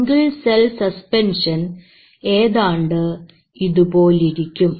single cell suspension ഏതാണ്ട് ഇതുപോലിരിക്കും